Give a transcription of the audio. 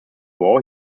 war